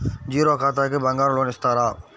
Zero ఖాతాకి బంగారం loan ఇస్తారా?